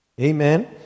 Amen